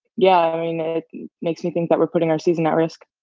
yeah, i mean, it makes me think that we're putting our season at risk.